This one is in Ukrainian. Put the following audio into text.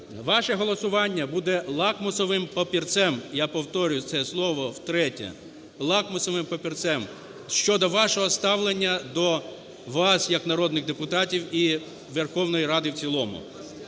Ваше голосування буде лакмусовим папірцем – я повторюю це слово втретє – лакмусовим папірцем щодо вашого ставлення до вас як народних депутатів і Верховної Ради в цілому.